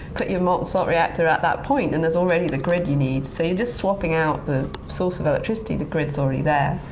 put your molten salt reactor at that point and there's already the grid you need. you're just swapping out the source of electricity, the grid's already there.